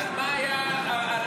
על מה היה הרישיון שלו?